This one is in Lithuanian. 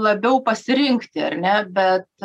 labiau pasirinkti ar ne bet